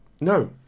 No